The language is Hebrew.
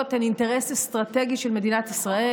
הן אינטרס אסטרטגי של מדינת ישראל.